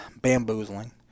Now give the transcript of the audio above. bamboozling